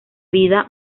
vida